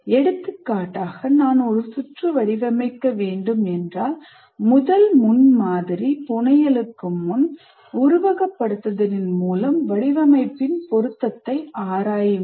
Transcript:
எடுத்துக்காட்டாக நான் ஒரு சுற்று வடிவமைக்க வேண்டும் என்றால் முதல் முன்மாதிரி புனையலுக்கு முன் உருவகப்படுத்துதலின் மூலம் வடிவமைப்பின் பொருத்தத்தை ஆராய வேண்டும்